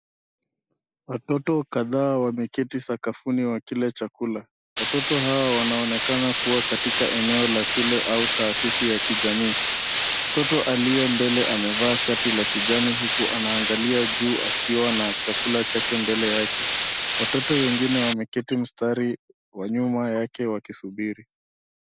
Watoto kadhaa wameketi sakafuni wakila chakula. Watoto hawa wanaonekana kuwa katika eneo la shule au taasisi ya kijamii. Mtoto aliye mbele amevaa shati la kijani huku anaangalia juu akiwa na chakula chake mbele yake. Watoto wengine wameketi mstari wa nyuma yake wakisubiri.